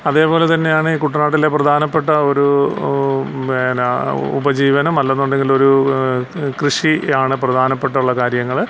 അതേപോലെ തന്നെയാണ് ഈ കുട്ടനാട്ടിലെ പ്രധാനപ്പെട്ട ഒരു പിന്നെ ഉപജീവനം അല്ലെന്നുണ്ടെങ്കിലൊരു കൃഷിയാണ് പ്രധാനപ്പെട്ടുള്ള കാര്യങ്ങൾ